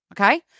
Okay